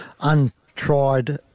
untried